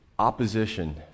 Opposition